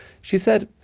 she said,